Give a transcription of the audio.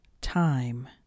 Time